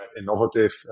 innovative